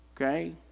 Okay